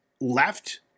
left